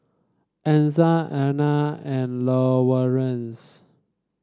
Ezzard Ana and Lawerence